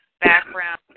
background